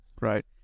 Right